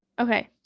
Okay